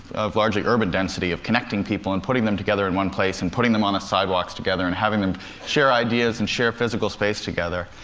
of largely urban density, of connecting people and putting them together in one place, and putting them on sidewalks together and having them share ideas and share physical space together.